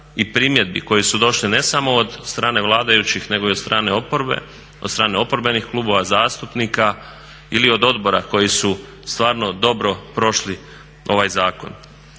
i primjedbi koje su došle ne samo od strane vladajućih nego i od strane oporbenih klubova zastupnika ili od odbora koji su stvarno dobro prošli ovaj zakon.